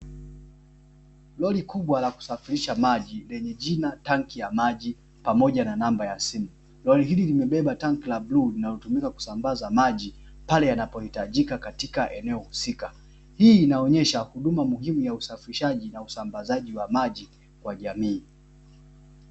Lori kubwa la kusafirisha maji lenye jina “Tanki la maji”, pamoja na namba ya simu. Lori hilo limebeba tanki la bluu ambalo linatumima kusambaza maji pale yanapohitajima katika eneo husika. Hii inaonesha huduma muhimu ya usafirishaji na usambazaji wa maji kwa jamii.